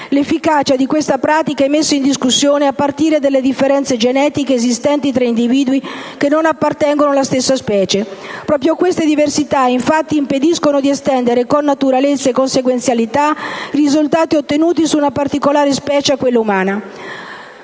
L'efficacia di questa pratica è messa in discussione a partire dalle differenze genetiche esistenti tra individui che non appartengono alla stessa specie. Proprio queste diversità, infatti, impediscono di estendere con naturalezza e consequenzialità i risultati ottenuti su una particolare specie a quella umana.